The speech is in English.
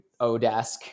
Odesk